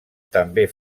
també